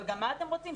אבל גם מה אתם רוצים?